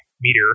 meter